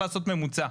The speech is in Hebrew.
לעשות ממוצע,